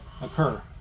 occur